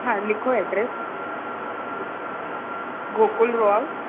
हा लिखो address Gokul row house